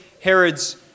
Herod's